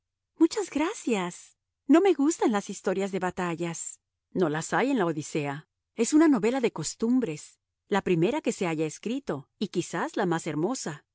muchas gracias no me gustan las historias de batallas no las hay en la odisea es una novela de costumbres la primera que se haya escrito y quizás la más hermosa